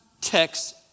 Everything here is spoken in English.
text